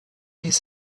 his